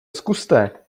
zkuste